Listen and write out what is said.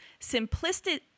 simplistic